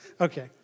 Okay